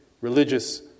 religious